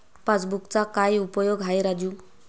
पासबुकचा काय उपयोग आहे राजू?